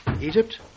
Egypt